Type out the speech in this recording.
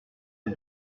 des